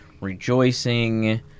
Rejoicing